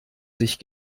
sich